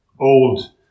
old